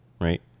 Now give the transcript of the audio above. right